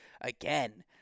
again